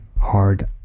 hard